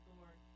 Lord